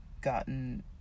gotten